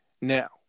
Now